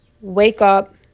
wake-up